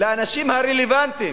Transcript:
לאנשים הרלוונטיים,